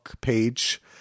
page